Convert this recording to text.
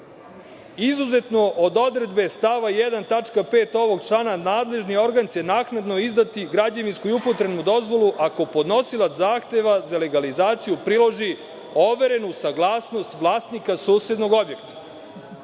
„Izuzetno od odredbe stava 1. tačka 5. ovog člana nadležni organ će naknadno izdati građevinsku i upotrebnu dozvolu ako podnosilac zahteva za legalizaciju priloži overenu saglasnost vlasnika susednog objekta“.